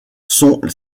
sont